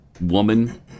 woman